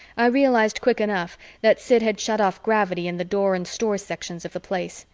i realized quick enough that sid had shut off gravity in the door and stores sectors of the place,